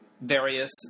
various